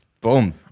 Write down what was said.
Boom